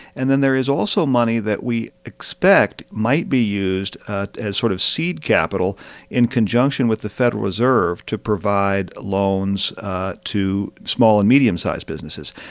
and then there is also money that we expect might be used as sort of seed capital in conjunction with the federal reserve to provide loans to small and medium-sized businesses.